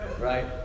Right